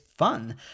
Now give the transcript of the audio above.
fun